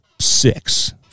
six